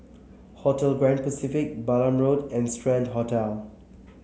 Hotel Grand Pacific Balam Road and Strand Hotel